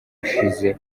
ushize